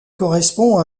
correspond